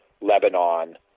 Lebanon